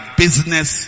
business